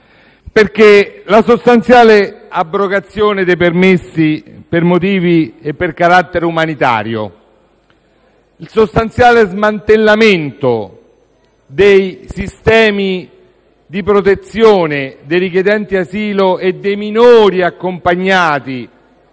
alla sostanziale abrogazione dei permessi per motivi di carattere umanitario e al sostanziale smantellamento dei sistemi di protezione dei richiedenti asilo e dei minori accompagnati.